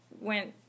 went